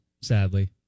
sadly